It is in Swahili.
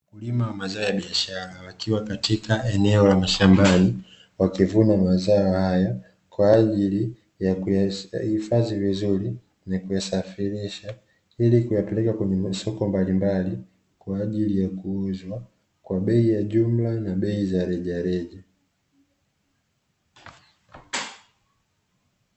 Wakulima wa mazao ya biashara wakiwa katika eneo la shambani, wakivuna mazao haya, kwa ajili ya kuyahifadhi vizuri na kuyasafirisha, ili kuyapeleka kwenye masoko mbalimbali kwa ajili ya kuuzwa kwa bei ya jumla na bei za rejareja.